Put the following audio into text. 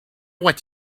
what